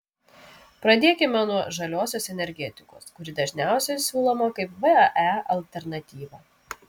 pradėkime nuo žaliosios energetikos kuri dažniausiai siūloma kaip vae alternatyva